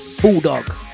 Bulldog